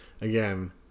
Again